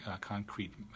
concrete